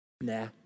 nah